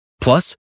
plus